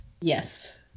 Yes